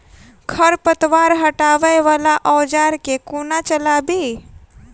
खरपतवार हटावय वला औजार केँ कोना चलाबी?